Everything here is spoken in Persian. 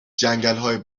جنگلهای